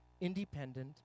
independent